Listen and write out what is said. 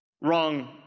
wrong